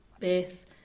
Beth